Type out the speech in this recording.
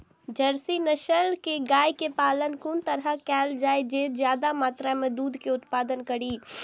Jersey नस्ल के गाय के पालन कोन तरह कायल जाय जे ज्यादा मात्रा में दूध के उत्पादन करी?